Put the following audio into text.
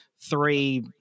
three